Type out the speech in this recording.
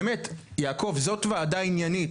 באמת, יעקב, זו ועדה עניינית.